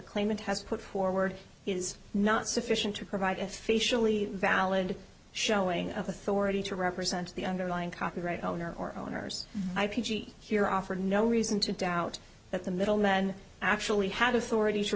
claimant has put forward is not sufficient to provide officially valid showing of authority to represent the underlying copyright owner or owners i p g here offer no reason to doubt that the middlemen actually have authority to